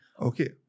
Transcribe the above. Okay